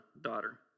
daughter